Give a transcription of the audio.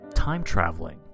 time-traveling